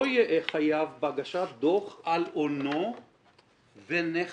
"לא יהא חייב בהגשת דוח על הונו ונכסיו".